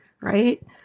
right